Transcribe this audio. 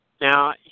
Now